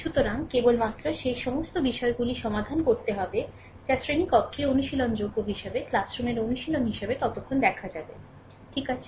সুতরাং কেবলমাত্র সেই সমস্ত বিষয়গুলি সমাধান করতে হবে যা শ্রেণিকক্ষে অনুশীলনযোগ্য হিসাবে ক্লাসরুমের অনুশীলন হিসাবে ততক্ষণে দেখা যাবে ঠিক আছে